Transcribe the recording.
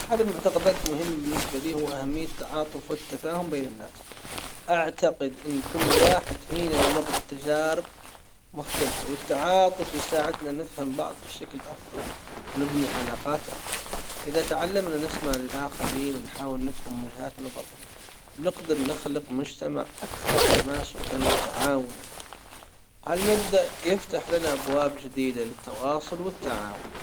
احد المعتقدات المهمة بالنسبة لي هو أهمية التعاطف والتفاهم بين الناس اعتقد ان كل واحد فينا يمر بتجارب مختلفة والتعاطف يساعدنا نفهم بعض بشكل أفضل ونبني علاقات أقوى إذا تعلمنا نسمع للآخرين ونحاول نفهم وجهات نظرهم بنقدر نخلق مجتمع أكثر تماسكًا وتعاونًا هالمبدأ يفتح لنا ابواب جديدة للتواصل والتعاون.